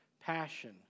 passion